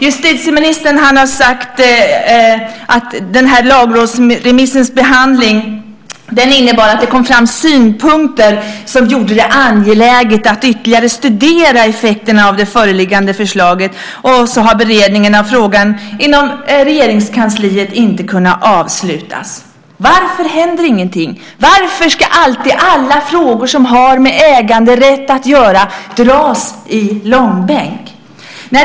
Justitieministern har sagt att lagrådsremissens behandling innebar att det kom fram synpunkter som gjorde det angeläget att ytterligare studera effekterna av det föreliggande förslaget och att beredningen av frågan inom Regeringskansliet därför inte har kunnat avslutas. Varför händer ingenting? Varför ska alltid alla frågor som har med äganderätt att göra dras i långbänk?